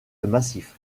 massif